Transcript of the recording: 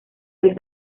del